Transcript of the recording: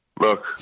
Look